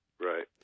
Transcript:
Right